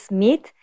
meat